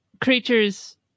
creatures